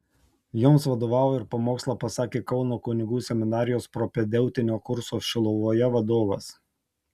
joms vadovavo ir pamokslą pasakė kauno kunigų seminarijos propedeutinio kurso šiluvoje vadovas